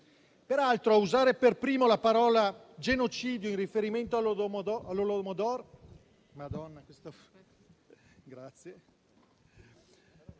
Peraltro a usare per primo la parola "genocidio" in riferimento all'Holodomor